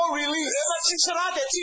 release